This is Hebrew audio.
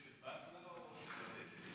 זה של ביטוח לאומי או של לתת?